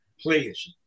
please